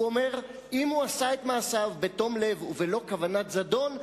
הוא אומר: אם הוא עשה את מעשיו בתום לב ובלא כוונת זדון,